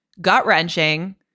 gut-wrenching